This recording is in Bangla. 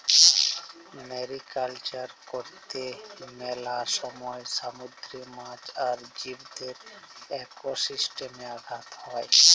মেরিকালচার করত্যে মেলা সময় সামুদ্রিক মাছ আর জীবদের একোসিস্টেমে আঘাত হ্যয়